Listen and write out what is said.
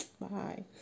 bye